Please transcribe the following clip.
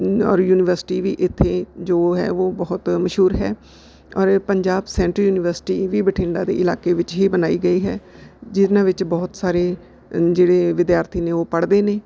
ਔਰ ਯੂਨੀਵਰਸਿਟੀ ਵੀ ਇੱਥੇ ਜੋ ਹੈ ਉਹ ਬਹੁਤ ਮਸ਼ਹੂਰ ਹੈ ਔਰ ਪੰਜਾਬ ਸੈਂਟਰ ਯੂਨੀਵਰਸਿਟੀ ਵੀ ਬਠਿੰਡਾ ਦੇ ਇਲਾਕੇ ਵਿੱਚ ਹੀ ਬਣਾਈ ਗਈ ਹੈ ਜਿਨ੍ਹਾਂ ਵਿੱਚ ਬਹੁਤ ਸਾਰੇ ਜਿਹੜੇ ਵਿਦਿਆਰਥੀ ਨੇ ਉਹ ਪੜ੍ਹਦੇ ਨੇ